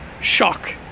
shock